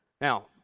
Now